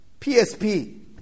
PSP